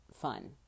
fun